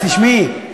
תשמעי,